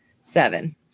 Seven